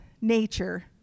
nature